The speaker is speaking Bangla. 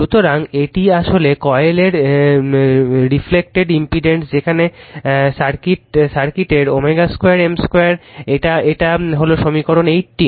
সুতরাং এটি আসলে কয়েলের রিফ্লেকটেড ইমপিডেন্স যেখানে সার্কিটের 2 M2 এটা এটা হলো সমীকরণ 18